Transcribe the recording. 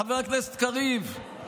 חבר הכנסת קריב,